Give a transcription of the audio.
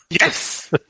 Yes